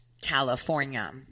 California